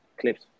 clips